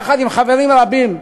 יחד עם חברים רבים,